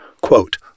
quote